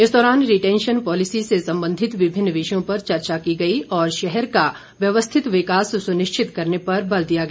इस दौरान retention policy से संबंधित विभिन्न विषयों पर चर्चा की गई और शहर का व्यवस्थित विकास सुनिश्चित करने पर बल दिया गया